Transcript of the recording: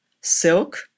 silk